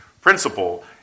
principle